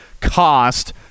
cost